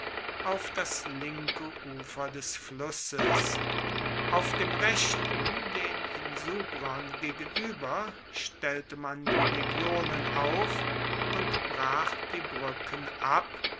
auf das linke ufer des flusses auf dem rechten den insubrern gegenueber stellte man die legionen auf und brach die bruecken ab